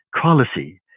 quality